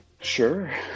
sure